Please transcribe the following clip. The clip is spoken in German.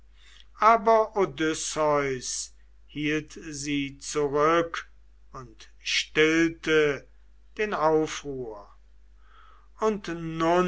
aber odysseus hielt sie zurück und stillte den aufruhr und